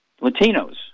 Latinos